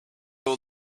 feel